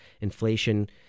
inflation